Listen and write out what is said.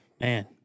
man